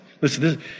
listen